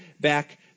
back